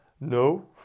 no